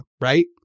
Right